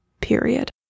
Period